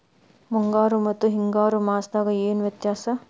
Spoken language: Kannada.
ಮುಂಗಾರು ಮತ್ತ ಹಿಂಗಾರು ಮಾಸದಾಗ ಏನ್ ವ್ಯತ್ಯಾಸ?